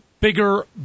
Bigger